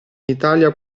italia